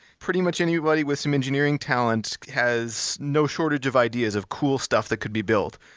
pretty much anybody with some engineering talent has no shortage of ideas of cool stuff that could be built,